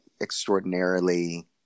extraordinarily